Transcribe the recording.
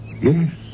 yes